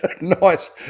Nice